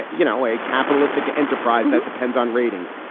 you know, a capitalistic enterprise that depends on ratings.